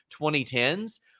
2010s